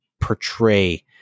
portray